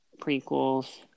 prequels